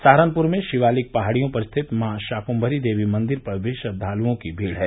सहारनपुर में शिवालिक पहाड़ियों पर स्थित मॉ शाक्मरी देवी मंदिर पर भी श्रद्वालुओं की भीड़ है